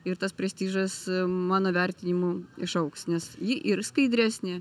ir tas prestižas mano vertinimu išaugs nes ji ir skaidresnė